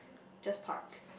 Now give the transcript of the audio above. just park